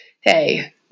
Hey